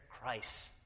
Christ